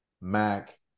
Mac